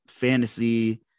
fantasy